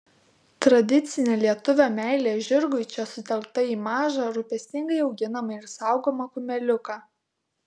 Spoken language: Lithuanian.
tradicinė lietuvio meilė žirgui čia sutelkta į mažą rūpestingai auginamą ir saugomą kumeliuką